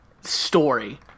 story